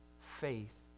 faith